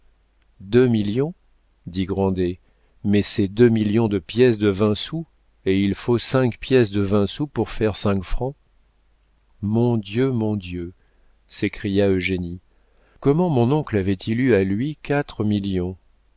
millions dit grandet mais c'est deux millions de pièces de vingt sous et il faut cinq pièces de vingt sous pour faire cinq francs mon dieu mon dieu s'écria eugénie comment mon oncle avait-il eu à lui